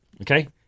Okay